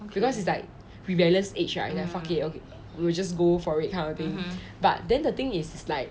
because it's like rebellious age right then fuck it okay we'll just go for it kind of thing but then the thing is like